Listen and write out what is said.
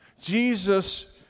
Jesus